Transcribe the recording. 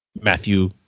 Matthew